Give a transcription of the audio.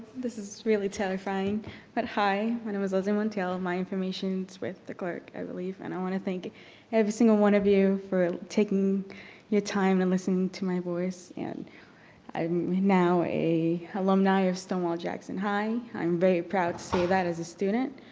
this is really terrifying but hi. my name is leslie montiel and my information with the clerk, i believe and i wanna thank every single one of you for taking your time and listen to my voice and i'm now a alumni of stonewall jackson high, i'm very proud to say that as a student.